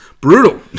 brutal